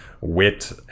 Wit